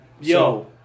Yo